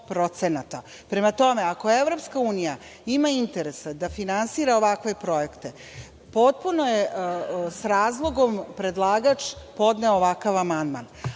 Prema tome, ako EU ima interesa da finansira ovakve projekte, potpuno je s razlogom predlagač podneo ovakav amandman. Kada